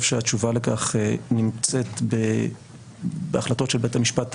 שהתשובה לכך נמצאת בהחלטות של בית המשפט העליון.